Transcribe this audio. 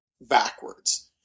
backwards